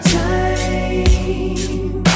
time